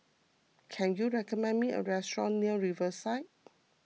can you recommend me a restaurant near Riverside